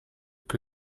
que